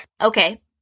Okay